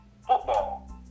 football